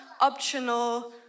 Optional